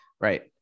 Right